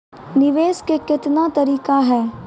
निवेश के कितने तरीका हैं?